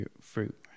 fruit